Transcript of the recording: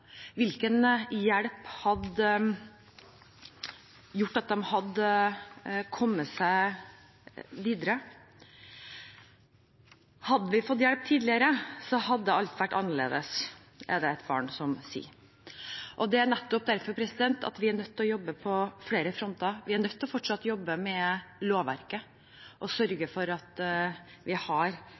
hadde gjort at de hadde kommet seg videre. Hadde vi fått hjelp tidligere, hadde alt vært annerledes, er det et barn som sier. Det er nettopp derfor vi er nødt til å jobbe på flere fronter. Vi er nødt til fortsatt å jobbe med lovverket og sørge for at vi har